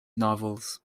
novels